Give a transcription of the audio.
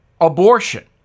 abortion